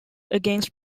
against